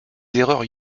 erreurs